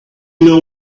know